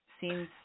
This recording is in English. seems